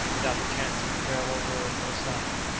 without the chance of a farewell word or sign.